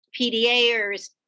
PDAers